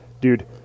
dude